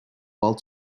while